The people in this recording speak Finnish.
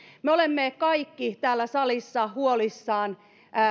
me olemme kaikki täällä salissa huolissamme